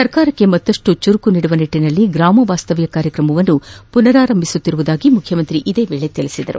ಸರ್ಕಾರಕ್ಕೆ ಮತ್ತಷ್ಟು ಚುರುಕು ನೀಡುವ ನಿಟ್ಟಿನಲ್ಲಿ ಗ್ರಾಮ ವಾಸ್ತವ್ಯ ಕಾರ್ಯಕ್ರಮವನ್ನು ಪುನರ್ ಆರಂಭಿಸುತ್ತಿರುವುದಾಗಿ ಮುಖ್ಯಮಂತ್ರಿ ಇದೇ ವೇಳೆ ತಿಳಿಸಿದರು